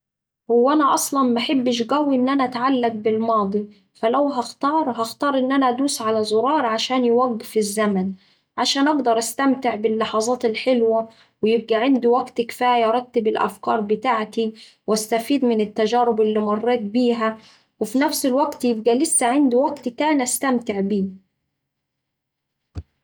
هو أنا أصلا محبش قوي إن أنا أتعلق بالماضي، فلو هختار هختار إن أنا هدوس على زرار عشان يوقف الزمن عشان أقدر أستمتع باللحظات الحلوة ويبقا عندي وقت كفاية أرتب الأفكار بتاعتي وأستفيد من التجارب اللي مريت بيها وفي نفس الوقت يبقا لسا عندي وقت تاني أستمتع بيه.